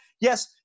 yes